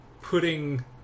putting